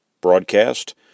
broadcast